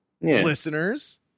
listeners